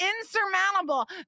insurmountable